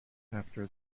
after